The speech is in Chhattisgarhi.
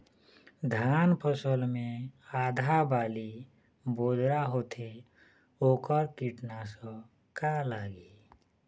धान फसल मे आधा बाली बोदरा होथे वोकर कीटनाशक का लागिही?